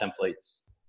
templates